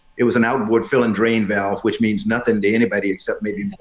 it was an outward filling drain valve, which means nothing to anybody except maybe.